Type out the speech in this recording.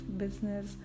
business